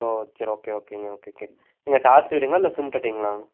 ஓ சரி ஓகே ஓகேங்க ஓகேக்கே டார்ச் வீடுங்களா இல்லை சிம்ட்அட்டைங்களா